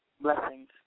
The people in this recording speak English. blessings